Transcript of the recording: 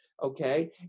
okay